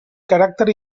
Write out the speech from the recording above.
caràcter